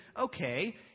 okay